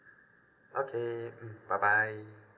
okay mm bye bye